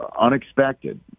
unexpected